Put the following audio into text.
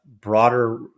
broader